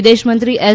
વિદેશમંત્રી એસ